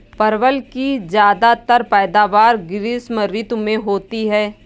परवल की ज्यादातर पैदावार ग्रीष्म ऋतु में होती है